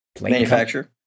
Manufacturer